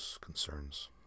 concerns